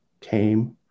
came